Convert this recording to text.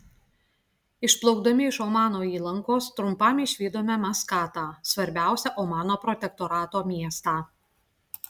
išplaukdami iš omano įlankos trumpam išvydome maskatą svarbiausią omano protektorato miestą